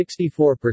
64%